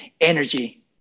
energy